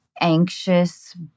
anxious